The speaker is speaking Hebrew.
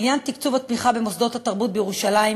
לעניין תקציב התמיכה במוסדות התרבות בירושלים,